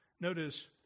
Notice